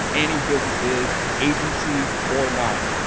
any business is. agency or not.